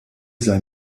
sei